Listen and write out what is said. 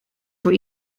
voor